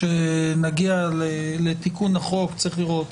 כשנגיע לתיקון החוק, צריך לראות.